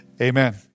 amen